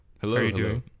Hello